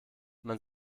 man